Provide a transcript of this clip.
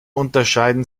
unterscheiden